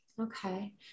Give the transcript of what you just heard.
Okay